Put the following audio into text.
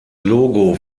logo